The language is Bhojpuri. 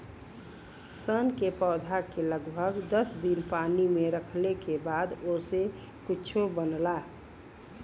सन के पौधा के लगभग दस दिन पानी में रखले के बाद ओसे कुछो बनला